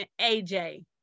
aj